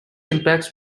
impacts